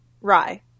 Rye